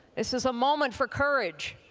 this is a moment for courage.